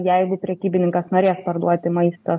jeigu prekybininkas norės parduoti maistą